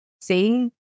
see